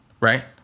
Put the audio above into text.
right